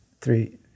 three